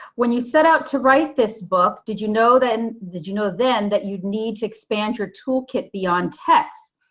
when you set out to write this book, did you know that, did you know then that you'd need to expand your toolkit beyond texts?